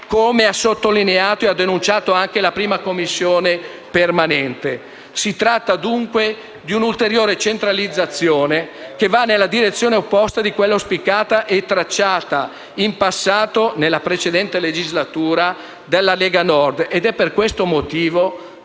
come ha sottolineato e anche denunciato la 1a Commissione permanente. Si tratta, dunque, di una ulteriore centralizzazione che va nella direzione opposta a quella auspicata e tracciata in passato, nella precedente legislatura, dalla Lega Nord.